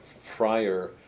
friar